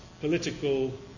political